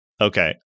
Okay